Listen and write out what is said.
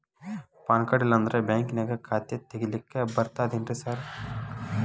PAN card ಇಲ್ಲಂದ್ರ ಬ್ಯಾಂಕಿನ್ಯಾಗ ಖಾತೆ ತೆಗೆಲಿಕ್ಕಿ ಬರ್ತಾದೇನ್ರಿ ಸಾರ್?